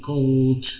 Gold